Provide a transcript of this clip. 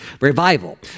Revival